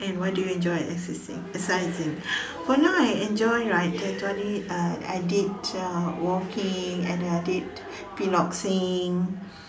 and why do you enjoy exercising exercising for now I enjoy right macam itu hari uh I did uh walking and then I did piloxing